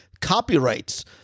copyrights